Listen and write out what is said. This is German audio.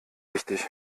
wichtig